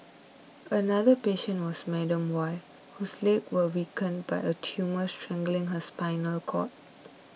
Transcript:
another patient was Madam Y whose legs were weakened by a tumour strangling her spinal cord